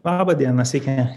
laba diena sveiki